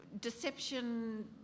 deception